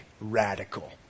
radical